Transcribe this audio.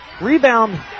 rebound